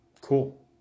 Cool